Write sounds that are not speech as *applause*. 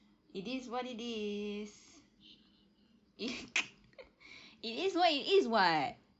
it is what it is *laughs* *noise* it is what it is [what]